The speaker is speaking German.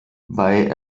bei